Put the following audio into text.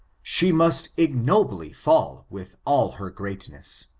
she must ignobly fall with all her greatness.